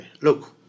Look